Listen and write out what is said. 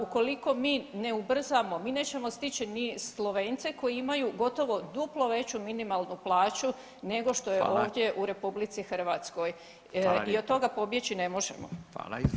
Ukoliko mi ne ubrzamo, mi nećemo stići ni Slovence koji imaju gotovo duplo veću minimalnu plaću nego [[Upadica: Hvala.]] što je ovdje u RH [[Upadica: Hvala lijepo.]] I od toga pobjeći ne možemo.